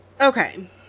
okay